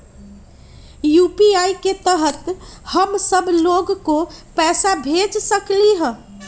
UPI के तहद हम सब लोग को पैसा भेज सकली ह?